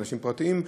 אנשים פרטיים,